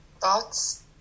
thoughts